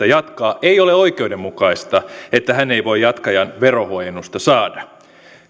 jatkaa ei ole oikeudenmukaista että hän ei voi jatkajan verohuojennusta saada